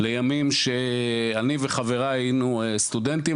לימים שאני וחבריי היינו סטודנטים,